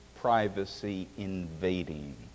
privacy-invading